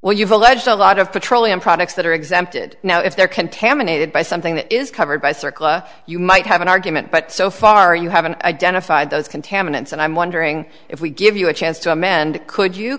well you've alleged a lot of petroleum products that are exempted now if they are contaminated by something that is covered by circle you might have an argument but so far you haven't identified those contaminants and i'm wondering if we give you a chance to amend could you